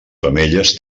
femelles